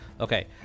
Okay